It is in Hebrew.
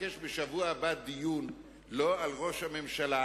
נבקש בשבוע הבא דיון לא על ראש הממשלה,